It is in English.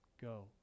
Go